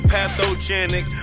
Pathogenic